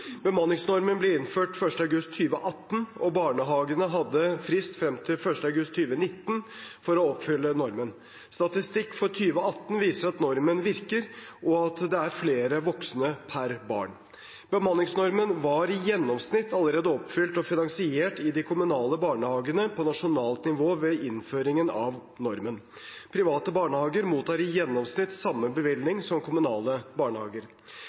Bemanningsnormen ble innført 1. august 2018, og barnehagene hadde frist frem til 1. august 2019 for å oppfylle normen. Statistikk for 2018 viser at normen virker, og at det er flere voksne per barn. Bemanningsnormen var i gjennomsnitt allerede oppfylt og finansiert i de kommunale barnehagene på nasjonalt nivå ved innføringen av normen. Private barnehager mottar i gjennomsnitt samme bevilgning som kommunale barnehager.